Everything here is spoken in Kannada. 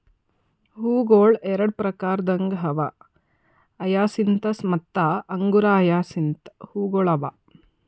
ಹೂವುಗೊಳ್ ಎರಡು ಪ್ರಕಾರದಾಗ್ ಅವಾ ಹಯಸಿಂತಸ್ ಮತ್ತ ಅಂಗುರ ಹಯಸಿಂತ್ ಹೂವುಗೊಳ್ ಅವಾ